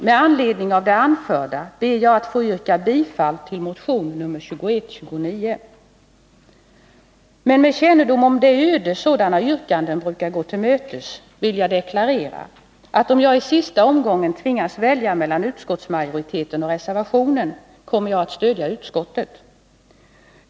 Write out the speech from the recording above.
Med anledning av det anförda ber jag att få yrka bifall till motion nr 2129. Med kännedom om det öde sådana yrkanden brukar gå till mötes vill jag dock deklarera, att om jag i sista omgången tvingas välja mellan utskottsmajoritetens förslag och reservationen, kommer jag att stödja utskottets förslag.